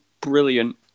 brilliant